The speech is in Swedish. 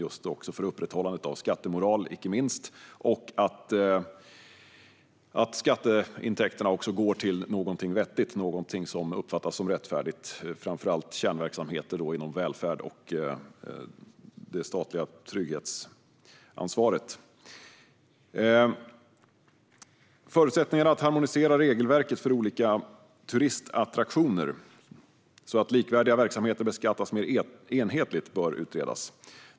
Det handlar också om upprätthållandet av skattemoral, inte minst, och att skatteintäkterna går till någonting vettigt och som uppfattas som rättfärdigt, framför allt kärnverksamheter inom välfärd och det statliga trygghetsansvaret. Förutsättningarna att harmonisera regelverket för olika turistattraktioner så att likvärdiga verksamheter beskattas mer enhetligt bör utredas.